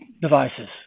devices